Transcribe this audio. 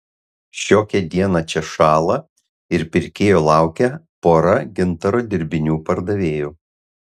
šiokią dieną čia šąla ir pirkėjų laukia pora gintaro dirbinių pardavėjų